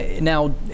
now